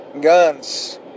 guns